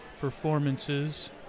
performances